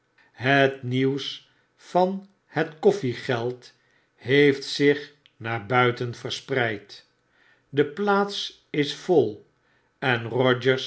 het nieuws van het koffiegeld heeft zich naar buiten verspreid de plaats is vol en ro